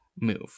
move